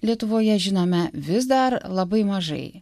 lietuvoje žinome vis dar labai mažai